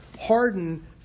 harden